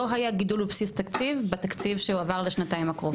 לא היה גידול בבסיס תקציב בתקציב שהועבר לשנתיים הקרובות.